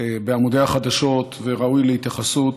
בעמודי החדשות וראוי להתייחסות,